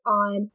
on